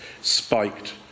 spiked